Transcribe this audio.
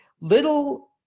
little